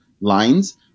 lines